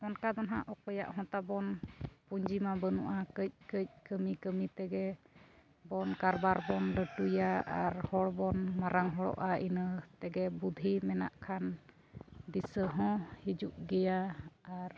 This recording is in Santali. ᱚᱱᱠᱟ ᱫᱚ ᱱᱟᱦᱟᱜ ᱚᱠᱚᱭᱟᱜ ᱦᱚᱸ ᱯᱩᱸᱡᱤᱢᱟ ᱵᱟᱹᱱᱩᱜᱼᱟ ᱠᱟᱹᱡ ᱠᱟᱹᱡ ᱠᱟᱹᱢᱤ ᱠᱟᱹᱢᱤ ᱛᱮᱜᱮ ᱵᱚᱱ ᱠᱟᱨᱵᱟᱨ ᱵᱚᱱ ᱞᱟᱹᱴᱩᱭᱟ ᱟᱨ ᱦᱚᱲ ᱵᱚᱱ ᱢᱟᱨᱟᱝ ᱦᱚᱲᱚᱜᱼᱟ ᱤᱱᱟᱹ ᱛᱮᱜᱮ ᱵᱩᱫᱷᱤ ᱢᱮᱱᱟᱜ ᱠᱷᱟᱱ ᱫᱤᱥᱟᱹ ᱦᱚᱸ ᱦᱤᱡᱩᱜ ᱜᱮᱭᱟ ᱟᱨ